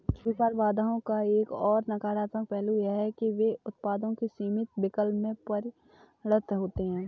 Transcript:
व्यापार बाधाओं का एक और नकारात्मक पहलू यह है कि वे उत्पादों के सीमित विकल्प में परिणत होते है